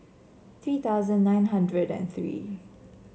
three thousand nine hundred and three